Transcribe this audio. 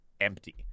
empty